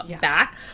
back